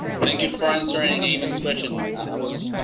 thank you for answering amens question. i was and